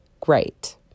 great